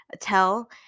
tell